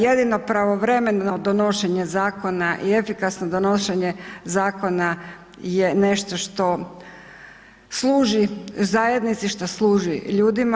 Jedino pravovremeno donošenje zakona i efikasno donošenje zakona je nešto što služi zajednici, što služi ljudima.